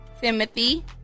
Timothy